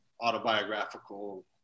autobiographical